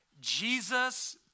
Jesus